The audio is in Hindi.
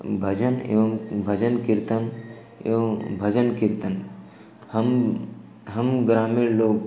भजन एवं भजन कीर्तन एवं भजन कीर्तन हम हम ग्रामीण लोग